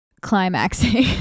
climaxing